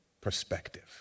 perspective